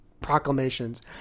proclamations